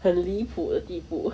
很离谱的地步